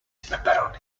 pepperoni